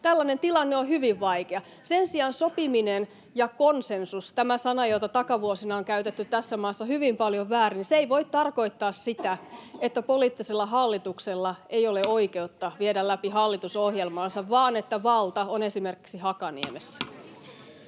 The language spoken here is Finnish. Tällainen tilanne on hyvin vaikea. Sen sijaan sopiminen ja konsensus — tämä sana, jota takavuosina on käytetty tässä maassa hyvin paljon väärin — eivät voi tarkoittaa sitä, että poliittisella hallituksella ei ole oikeutta viedä läpi hallitusohjelmaansa vaan valta on esimerkiksi Hakaniemessä.